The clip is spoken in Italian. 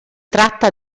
tratta